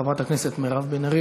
חברת הכנסת מירב בן ארי,